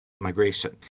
migration